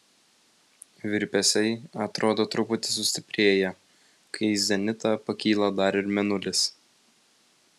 virpesiai atrodo truputį sustiprėja kai į zenitą pakyla dar ir mėnulis